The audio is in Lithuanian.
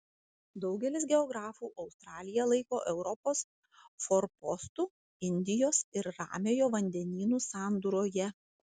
daugelis geografų australiją laiko europos forpostu indijos ir ramiojo vandenynų sandūroje